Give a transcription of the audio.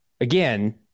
again